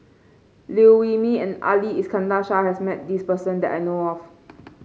Liew Wee Mee and Ali Iskandar Shah has met this person that I know of